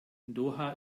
doha